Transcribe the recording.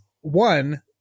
one